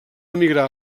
emigrar